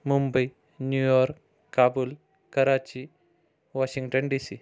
Mumbai New York Kabul Karachi Washington D C